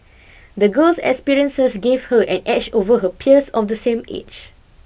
the girl's experiences gave her an edge over her peers of the same age